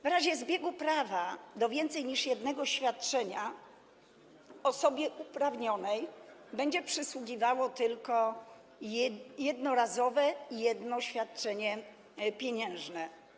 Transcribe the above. W razie zbiegu prawa do więcej niż jednego świadczenia osobie uprawnionej będzie przysługiwało tylko jedno jednorazowe świadczenie pieniężne.